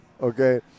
okay